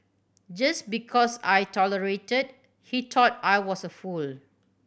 just because I tolerated he thought I was a fool